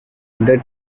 the